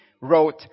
wrote